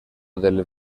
del